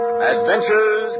Adventures